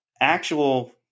actual